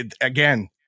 again